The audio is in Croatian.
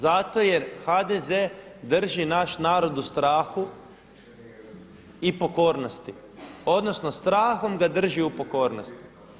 Zato jer HDZ drži naš narod u strahu i pokornosti, odnosno strahom ga drži u pokornosti.